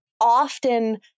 often